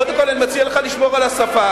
קודם כול אני מציע לך לשמור על השפה.